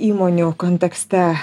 įmonių kontekste